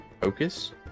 Focus